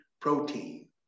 protein